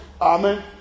Amen